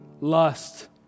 lust